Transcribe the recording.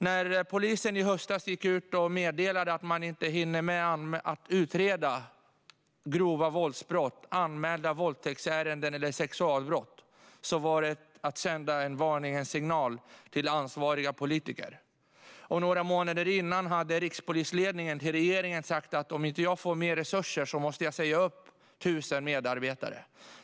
När polisen gick ut i höstas och meddelade att man inte hinner med att utreda grova våldsbrott, anmälda våldtäktsärenden eller sexualbrott sände det en varningens signal till ansvariga politiker. Några månader innan hade rikspolisledningen sagt till regeringen: Om vi inte får mer resurser måste vi säga upp 1 000 medarbetare.